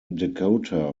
dakota